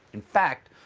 in fact,